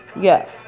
Yes